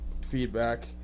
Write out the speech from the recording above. feedback